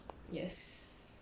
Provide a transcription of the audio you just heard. yes